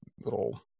little